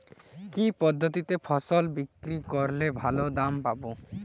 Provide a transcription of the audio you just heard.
কি পদ্ধতিতে ফসল বিক্রি করলে ভালো দাম পাব?